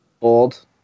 Old